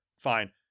fine